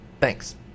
Thanks